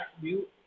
view